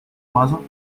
базу